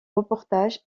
reportage